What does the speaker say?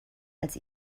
als